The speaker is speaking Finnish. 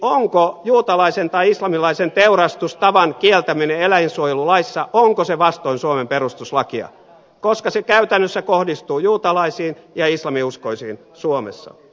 onko juutalaisen tai islamilaisen teurastustavan kieltäminen eläinsuojelulaissa vastoin suomen perustuslakia koska se käytännössä kohdistuu juutalaisiin ja islaminuskoisiin suomessa